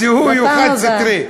הזיהוי הוא חד-סטרי.